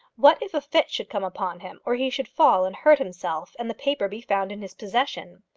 what if a fit should come upon him, or he should fall and hurt himself and the paper be found in his possession?